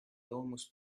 almost